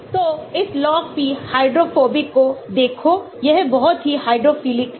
तो इस log p hydrophobic को देखो यह बहुत ही हाइड्रोफिलिक है